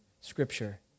Scripture